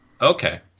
Okay